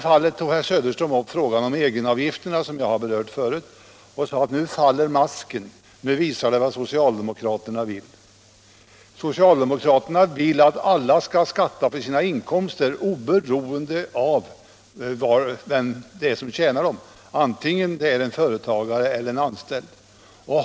Herr Söderström tog upp frågan om egenavgifterna och sade att nu faller masken, nu visar socialdemokraterna vad de vill. Socialdemokraterna vill att alla skall skatta för sina inkomster oberoende av vem som tjänar dem — företagare eller anställda.